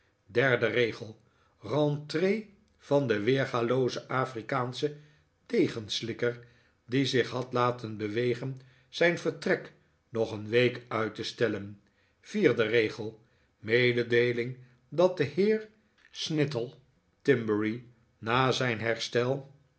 derde regel rentree van den weergaloozen afrikaanschen degenslikker die zich had laten bewegen zijn vertrek nog een week uit te stellen vierde'regel mededeeling dat de heer snittle timberry na zijn herstel